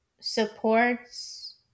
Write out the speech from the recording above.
supports